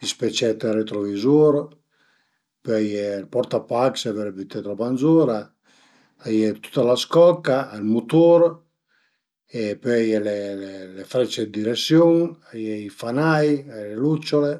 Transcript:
i specièt retrovizur, pöi a ie ël portapac se völe büté d'roba zura, a ie tüta la scocca, ël mutur e pöi a ie le frecce dë diresiun, a ie i fanai, a ie le lucciole